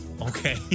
okay